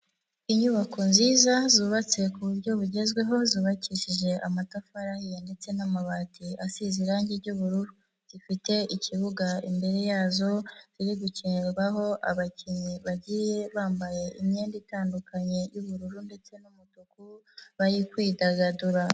Inyubako nziza zubatse ku buryo bugezweho, zubakishije amatafari ahiye ndetse n'amabati asize irangi ry'ubururu, rifite ikibuga imbere yazo, ziri gukinirwaho abakinnyi bagiye bambaye imyenda itandukanye y'ubururu ndetse n'umutuku, bari kwidagadura.